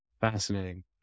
Fascinating